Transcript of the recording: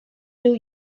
new